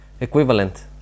equivalent